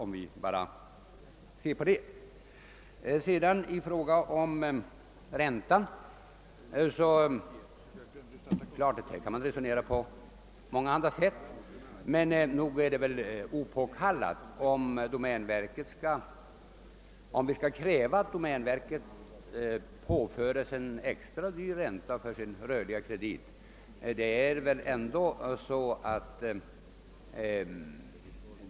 Beträffande räntan kan man naturligtvis resonera på många olika sätt, men nog är det opåkallat att kräva att domänverket skall påföras en extra hög ränta för sin kredit.